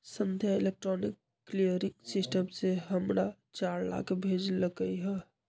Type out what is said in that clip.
संध्या electronic clearing system से हमरा चार लाख भेज लकई ह